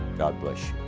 god bless you.